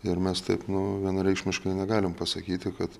ir mes taip nu vienareikšmiškai negalim pasakyti kad